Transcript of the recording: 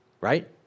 Right